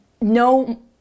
no